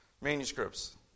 manuscripts